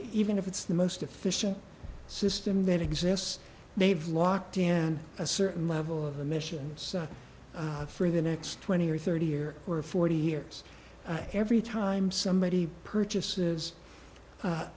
even if it's the most efficient system that exists they've locked in a certain level of the missions for the next twenty or thirty or forty years every time somebody purchases